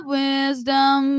wisdom